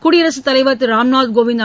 குடியரசுத் தலைவர் திரு ராம்நாத் கோவிந்த்